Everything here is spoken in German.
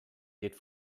geht